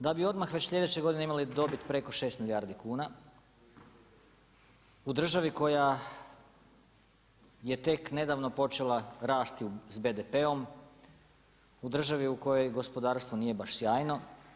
Da bi odmah već sljedeće godine imali dobit preko 6 milijardi kuna u državi koja je tek nedavno počela rasti s BDP-om, u državi u kojoj gospodarstvo nije baš sjajno.